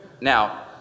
Now